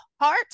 heart